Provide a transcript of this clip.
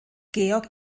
georg